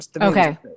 okay